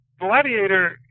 Gladiator